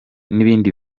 n’ibindi